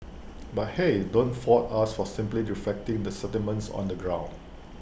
but hey don't fault us for simply reflecting the sentiments on the ground